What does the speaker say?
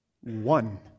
One